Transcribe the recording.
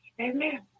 Amen